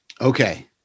Okay